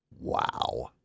wow